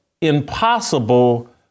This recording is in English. impossible